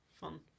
fun